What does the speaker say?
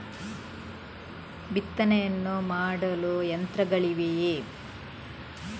ಬಿತ್ತನೆಯನ್ನು ಮಾಡಲು ಯಂತ್ರಗಳಿವೆಯೇ?